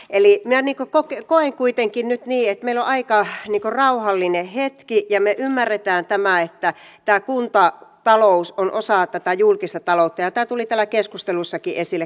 eli minä koen kuitenkin nyt niin että meillä on aika rauhallinen hetki ja me ymmärrämme tämän että tämä kuntatalous on osa tätä julkista taloutta ja tämä tuli täällä keskusteluissakin esille